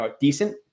decent